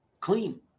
clean